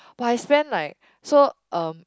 my friend like so um